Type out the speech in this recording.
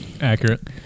Accurate